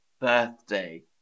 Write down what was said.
birthday